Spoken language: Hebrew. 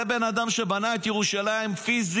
זה בן אדם שבנה את ירושלים פיזית,